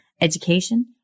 education